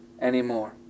anymore